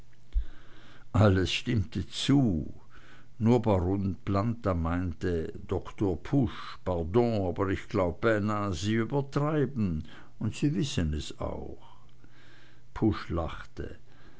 alles stimmte zu nur baron planta meinte doktor pusch pardon aber ich glaube beinah sie übertreiben und sie wissen es auch pusch lachte